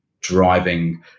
driving